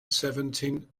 seventeen